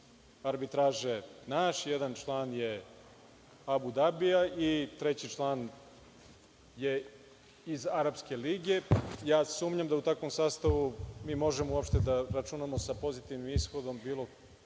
arbitraže naš, jedan član je Abu Dabija i treći član je iz Arapske lige. Sumnjam da u takvom sastavu mi možemo uopšte da računamo sa pozitivnim ishodom bilo kog